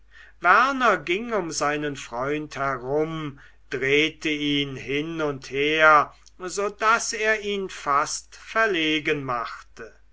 werner ging um seinen freund herum drehte ihn hin und her so daß er ihn fast verlegen machte